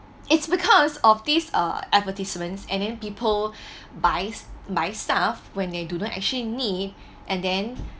it's because of these uh advertisements and then people buys buys stuff when they do not actually need and then